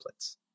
templates